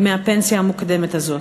מהפנסיה המוקדמת הזאת,